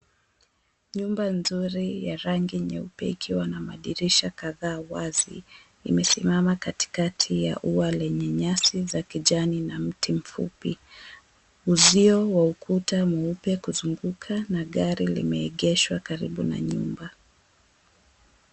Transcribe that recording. Nyumba nzuri ya rangi nyeupe ikiwa na madirisha kadhaa wazi, imesimama katikati ya ua lenye nyasi za kijani na mti mfupi. Uzio wa ukuta mweupe kuzunguka na gari limeegeshwa karibu na nyumba.